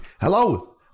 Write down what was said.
Hello